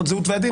באמצעות ועדים,